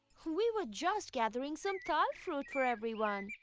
we were just gathering some tal fruit for everyone.